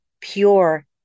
pure